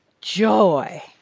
joy